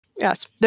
Yes